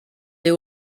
they